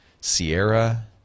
Sierra